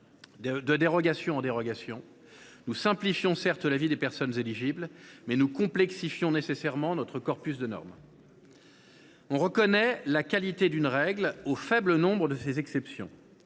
De dérogation en dérogation, certes, nous simplifions la vie des personnes éligibles, mais nous complexifions nécessairement notre corpus de normes. Absolument ! On reconnaît la qualité d’une règle au faible nombre de ses exceptions.